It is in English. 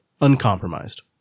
uncompromised